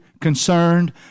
concerned